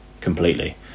completely